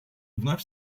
вновь